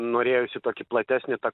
norėjosi tokį platesnį tą